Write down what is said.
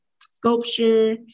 sculpture